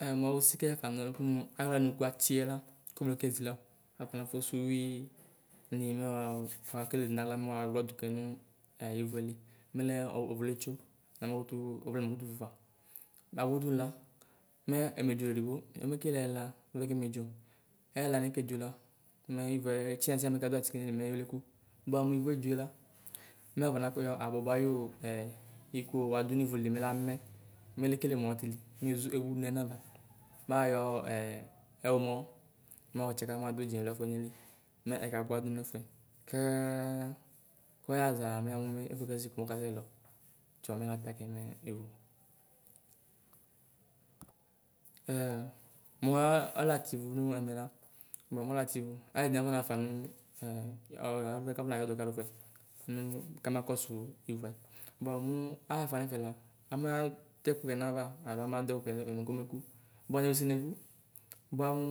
'Aamoosikɛ faaʒɔnu kumu' aɣlanuku atsiɛla, kumuesɛ sisi la alu kanafussu uyuii dini mɛɔ wuekele du naɣla mɛ wuwlɔ dukɛ nu iʋuɛ li mɛ ɔvlɔɛ letso nakutuu ɔvlɔ namakutu ƒua ƒua. Muabudu nu la mɛɛ emedzo iliedigbo emekele ɛyɛla buapɛ kemedzo. Ɛyɛlaniɛ kedʒola mɛ ivuɛ tinyatinya mɛkaduatike nayili komɛɛ leku. Bua muivu edʒoe la mɛ watu nayɔ abɔbɔ ayu ɛɛ eklo aadu nivuli mɛ lame, mɛ lekele mɔtili, meʒu ewu nɛnaava, mayɔɛ ɛwomɔ mɔtsaka mɔtsaka maduedze aɣlefua mayili, mɛ ɛkabuadu nɛfuɛ kaaaa kɔ yaɣa ʒaa mɛ ɛfuɛ kaseku mɔkasɛ ʒiɔ, tsɔɔ mɛ latakɛ mɛ evo. Ɛ muu aluativu nu muamɛla Bɔ mualu ativu aluɛdini aƒɔ naɣaƒa nu ɛƒuɛ kaƒɔna yɛdu kaluɛ ƒuɛ nu kama kɔsu ivuɛ. Bua muu aɣaƒa nɛƒɛla amaduɛku kɛ naɣlce alo amaduɛkukɛ nɛnyɔ mɛ komɛku, bua newlisi neku; bua mu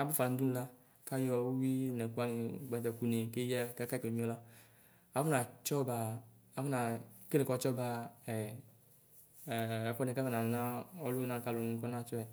abafa nudunu la kayɔ uyui du nɛkuwani nugbatakuni keyə kaka kulenyuia la afɔnatsɔ afɔnekele katsɔ ba ɛɛ ɛfuɛ kaƒonekele ɔluna kalu nu kubatsɔyɛ.